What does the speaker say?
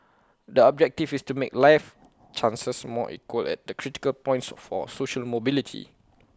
the objective is to make life chances more equal at the critical points for social mobility